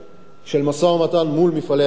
של משא-ומתן מול "מפעלי ים-המלח",